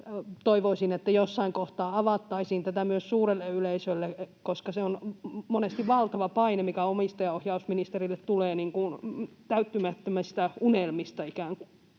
toivoisin, että jossain kohtaa avattaisiin tätä myös suurelle yleisölle, koska se on monesti valtava paine, mikä omistajaohjausministerille tulee ikään kuin